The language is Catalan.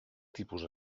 tipus